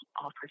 offers